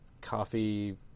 coffee